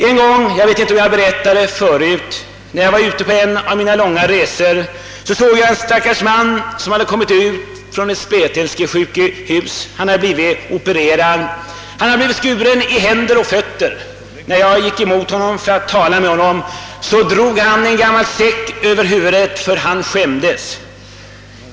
En gång — jag vet inte om jag be rättat det förut — på en av mina resor såg jag en stackars man som kommit ut från ett spetälskesjukhus. Han hade blivit opererad, och skuren i händer och fötter. När jag gick emot honom för att tala med honom, drog han en gammal säck över huvudet därför att han skämdes.